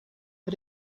but